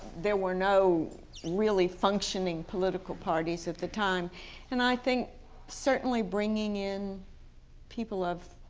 there were no really functioning political parties at the time and i think certainly bringing in people of,